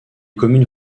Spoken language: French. communes